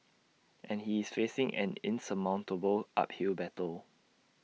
and he is facing an insurmountable uphill battle